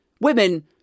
women